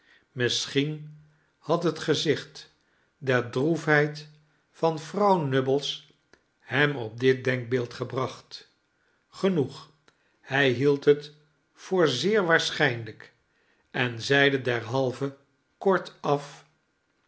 misschien bad het gezicht der droef heid van vrouw nubbles hem op dit denkbeeld gebracht genoeg hij hield het voor zeer waarschijnlijk en zeide derhalve kortaf